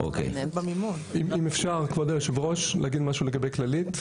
אם אפשר, כבוד היושב-ראש, להגיד משהו לגבי כללית.